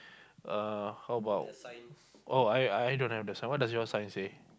uh how about oh I I I don't have the sign what does it what does your sign say